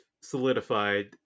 solidified